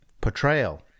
portrayal